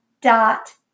dot